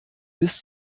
bis